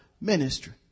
ministry